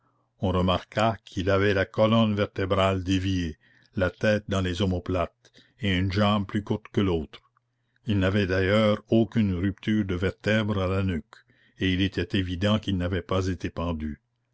on remarqua qu'il avait la colonne vertébrale déviée la tête dans les omoplates et une jambe plus courte que l'autre il n'avait d'ailleurs aucune rupture de vertèbre à la nuque et il était évident qu'il n'avait pas été pendu